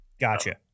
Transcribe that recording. Gotcha